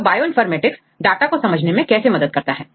तो bioinformatics data को समझने में कैसे मदद करता है